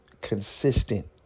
consistent